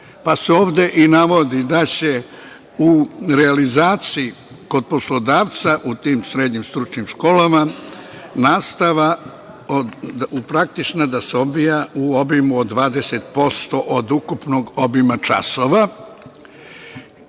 pa se ovde i navodi da će u realizaciji kod poslodavca, u tim srednjim stručnim školama, praktična nastava da se odvija u obimu od 20% od ukupnog obima časova.